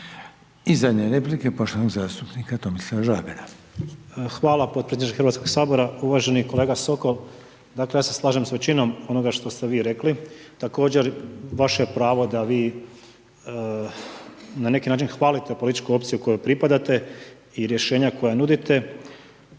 I zadnje replike, poštovanog zastupnika Tomislava Žagara. **Žagar, Tomislav (Nezavisni)** Hvala potpredsjedniče HS. Uvaženi kolega Sokol, dakle, ja se slažem s većinom onoga što ste vi rekli. Također vaše je pravo da vi na neki način hvalite političku opciju kojoj pripadate i rješenja koja nudite